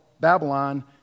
Babylon